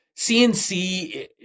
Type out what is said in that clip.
CNC